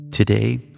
Today